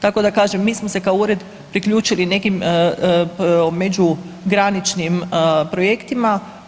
Tako da kažem mi smo se kao ured priključili nekim međugraničnim projektima.